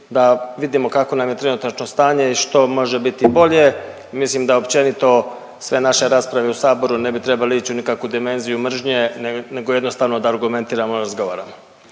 da vidimo kako nam je trenutačno stanje i što može biti bolje. Mislim da općenito sve naše rasprave u Saboru ne bi trebali ić u nikakvu dimenziju mržnje nego jednostavno da argumentiramo razgovorom.